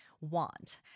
want